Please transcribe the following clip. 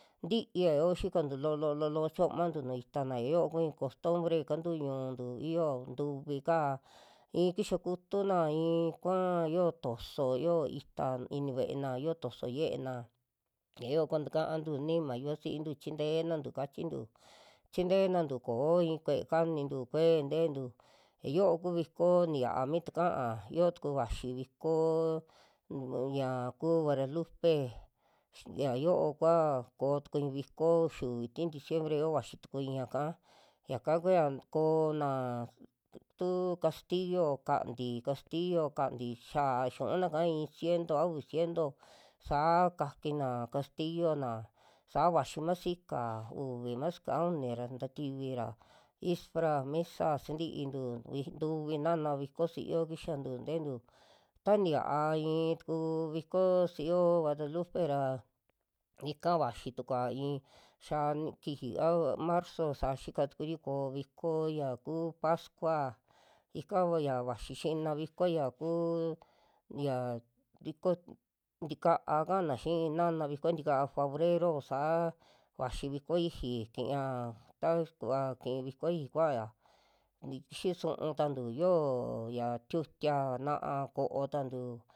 Ntiia yoo xikantu loo, loo, loo, loo chiomantu nuju itana ya yoo kui kostombre ya kantuu ñu'untu yio ntuvi'ka i'i kixa kutuna ii kua'a yoo toso yo ita ini ve'ena yoo toso ye'ena yayo kua takantu nima nima yuvasintu chintenantu kachintu, chintenantu ko'o i'i kue kanintu kue neteentu ya yo'o ku viko niya'a mi takaa, yoo tuku vaxi viko t-ñaa kuu varatupe x- xaa yo'o kua koo tuku i'i viko uxiuvi'ti diciembre'yo vaxi tuku i'i ñaka, yaka kua ko'ona tu castillo kaanti castillo, kanti xia yu'unaka a i'i ciento a uvi ciento saa kakinaa, castillo'na saa vachi masika uvi masika a unira ntativira ispra misa sntintu vik tuvi naana viko si'iyo kixantu te'entu, ta nixaa i'i tuku viko si'iyo guadalupe ra, ika vaxi tukua ii xaa kisi a marzo saa xika tukuri ko'o viko ya kuu pascua ika vu ya vaxi, xina viko ya kuu ya viko ntikaa ka'ana xii, naana viko ntikaa fabrero saa vaxi viko iixi kiñaa ta kuva kii viko iixi kuaya ti- xisuu tantu yoo ya tiutia na'a koo tantuu.